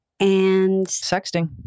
sexting